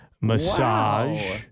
massage